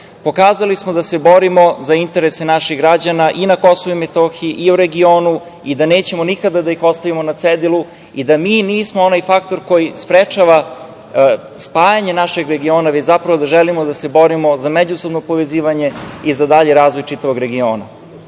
prava. Pokazali smo da se borimo za interese naših građana i na KiM i u regionu i da nećemo nikada da ih ostavimo na cedilu i da mi nismo onaj faktor koji sprečava spajanje našeg regiona, već zapravo da želimo da se borimo za međusobno povezivanje i za dalji razvoj čitavog regiona.